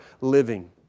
living